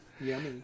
Yummy